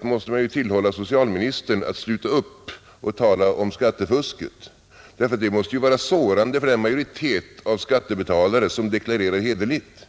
måste man tillhålla socialministern att sluta upp att tala om skattefusket, ty det måste vara sårande för den majoritet av skattebetalare som deklarerar hederligt.